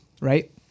right